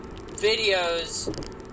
videos